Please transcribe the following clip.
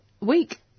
week